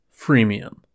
Freemium